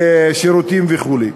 בשירותים וכו'.